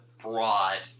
broad